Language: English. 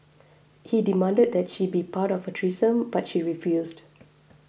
he demanded that she be part of a threesome but she refused